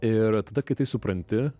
ir tada kai tai supranti